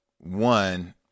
one